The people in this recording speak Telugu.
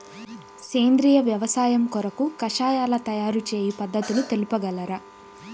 సేంద్రియ వ్యవసాయము కొరకు కషాయాల తయారు చేయు పద్ధతులు తెలుపగలరు?